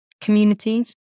communities